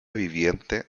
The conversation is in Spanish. viviente